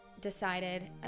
Decided